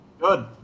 good